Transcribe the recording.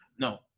No